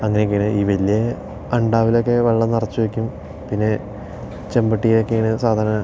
അങ്ങനെയൊക്കെയാണ് ഈ വലിയ അണ്ടാവിലൊക്കെ വെള്ളം നിറച്ച് വയ്ക്കും പിന്നെ ചെമ്പട്ടിയിലൊക്കെയാണ് സാധന